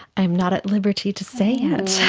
i'm not at liberty to say yet.